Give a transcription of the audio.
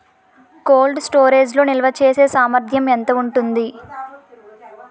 Cold storage లో నిల్వచేసేసామర్థ్యం ఎంత ఉంటుంది?